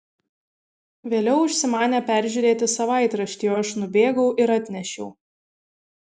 vėliau užsimanė peržiūrėti savaitraštį o aš nubėgau ir atnešiau